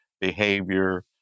behavior